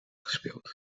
gespeeld